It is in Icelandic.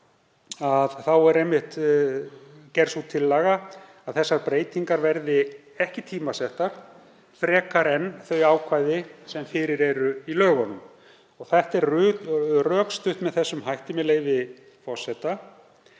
er einmitt gerð sú tillaga að þessar breytingar verði ekki tímasettar frekar en þau ákvæði sem fyrir eru í lögunum. Þetta er rökstutt með þessum hætti, með leyfi forseta: